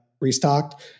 restocked